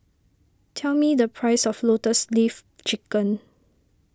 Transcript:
tell me the price of Lotus Leaf Chicken